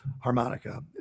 harmonica